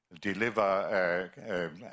deliver